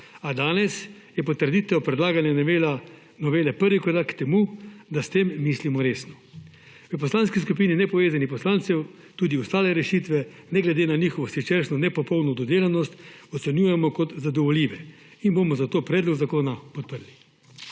a danes je potrditev predlagane novele prvi korak k temu, da s tem mislimo resno. V Poslanski skupini nepovezanih poslancev tudi ostale rešitve, ne glede na njihovo siceršnjo nepopolno dodelanost, ocenjujemo kot zadovoljive in bomo zato predlog zakona podprli.